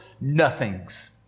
nothings